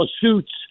suits